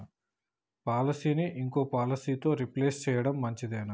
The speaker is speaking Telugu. పాలసీని ఇంకో పాలసీతో రీప్లేస్ చేయడం మంచిదేనా?